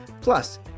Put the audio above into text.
plus